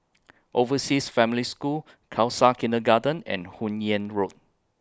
Overseas Family School Khalsa Kindergarten and Hun Yeang Road